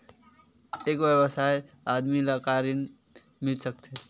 एक वयस्क आदमी ला का ऋण मिल सकथे?